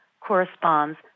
corresponds